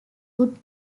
would